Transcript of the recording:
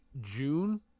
june